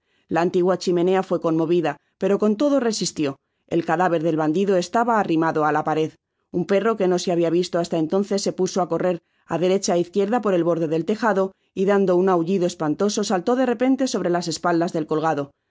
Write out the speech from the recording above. la antigua chimenea fué conmovida pero con todo resistió el cadáver del bandido estaba arrimado á la pared un perro que no se habia visto hasta entonces se puso á correr á derecha ó izquierda por el borde del tejado y dando un ahullido espantoso saltó de repente sobre las espaldas del colgado habiendo